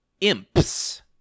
imps